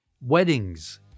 weddings